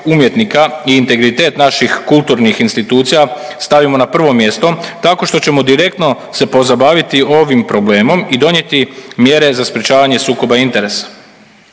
i integritet naših kulturnih institucija stavimo na prvo mjesto, tako što ćemo direktno se pozabaviti ovim problemom i donijeti mjere za sprječavanje sukoba interesa.